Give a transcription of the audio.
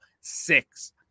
six